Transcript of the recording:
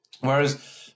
whereas